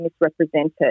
misrepresented